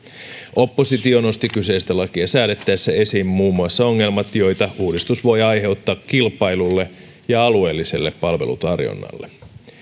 oppositio nosti kyseistä lakia säädettäessä esiin muun muassa ongelmat joita uudistus voi aiheuttaa kilpailulle ja alueelliselle palvelutarjonnalle